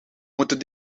moeten